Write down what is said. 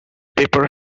paper